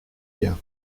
bien